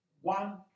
one